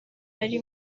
ari